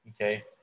okay